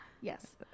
Yes